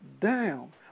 down